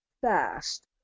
fast